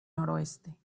noroeste